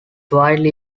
widely